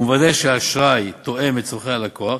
ומוודא שהאשראי תואם את צורכי הלקוח,